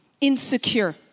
insecure